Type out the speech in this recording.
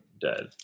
dead